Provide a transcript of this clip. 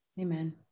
Amen